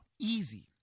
Easy